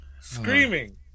screaming